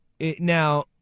Now